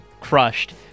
crushed